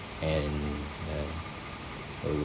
and uh uh